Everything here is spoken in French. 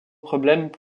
problèmes